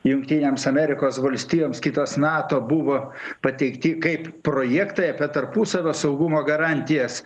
jungtinėms amerikos valstijoms kitos nato buvo pateikti kaip projektai apie tarpusavio saugumo garantijas